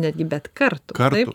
netgi bet kartu taip